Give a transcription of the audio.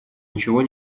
ничего